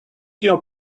your